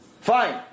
Fine